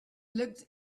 looked